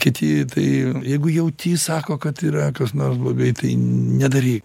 kiti tai jeigu jauti sako kad yra kas nors blogai tai nedaryk